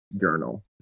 journal